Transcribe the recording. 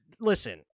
listen